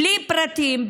בלי פרטים,